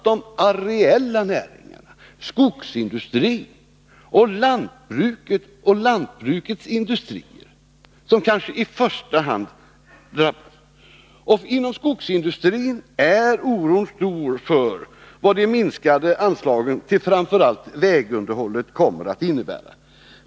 De ariella näringarna — skogsindustrin, lantbruket och lantbrukets industrier — är kanske de som i första hand drabbas. Inom skogsindustrin är oron stor för vad de minskade anslagen till framför allt vägunderhållet kommer att innebära.